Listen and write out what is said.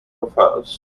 profiles